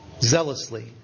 zealously